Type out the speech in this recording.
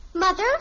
Mother